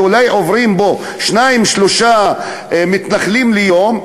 אולי עוברים בו שניים-שלושה מתנחלים ליום,